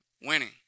winning